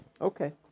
okay